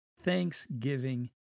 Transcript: thanksgiving